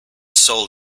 soul